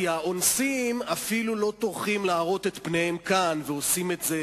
כי האונסים אפילו לא טורחים להראות את פניהם כאן ועושים את זה